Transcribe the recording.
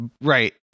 right